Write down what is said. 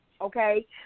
okay